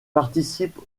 participe